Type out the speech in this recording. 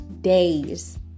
Days